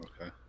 okay